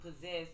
possess